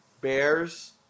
Bears